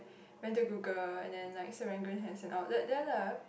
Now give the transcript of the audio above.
where to Google and then like Serangoon has the outlet there lah